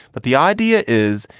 but the idea is,